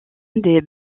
des